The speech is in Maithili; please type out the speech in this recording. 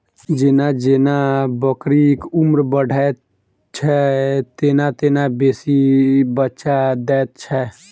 जेना जेना बकरीक उम्र बढ़ैत छै, तेना तेना बेसी बच्चा दैत छै